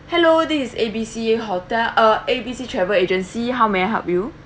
hello this is A_B_C hotel uh A_B_C travel agency how may I help you